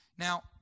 Now